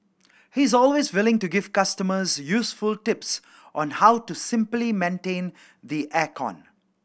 he is always willing to give customers useful tips on how to simply maintain the air con